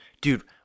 Dude